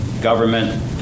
government